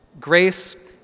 Grace